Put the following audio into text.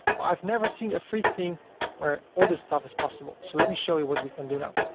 well i've never seen a free theme where all this stuff is possible, so let me show you what we can do now.